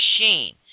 machine